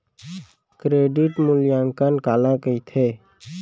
Credit मूल्यांकन काला कहिथे?